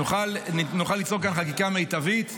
-- נוכל ליצור כאן חקיקה מיטבית.